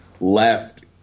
Left